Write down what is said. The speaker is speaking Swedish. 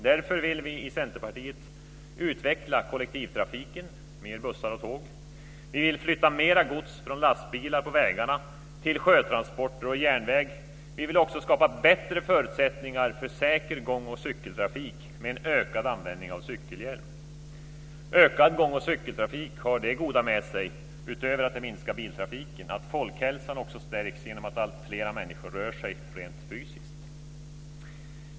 Därför vill vi i Centerpartiet utveckla kollektivtrafiken med mer bussar och tåg, flytta mera gods från lastbilar på vägarna till sjötransporter och järnväg. Vi vill också skapa bättre förutsättningar för säker gång och cykeltrafik med ökad användning av cykelhjälm. Ökad gång och cykeltrafik har det goda med sig, utöver att minska biltrafiken, att folkhälsan stärks genom att alltfler människor rör sig rent fysiskt.